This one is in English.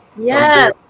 yes